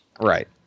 right